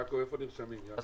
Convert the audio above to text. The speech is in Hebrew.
איפה נרשמים לדיבור?